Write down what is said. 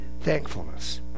thankfulness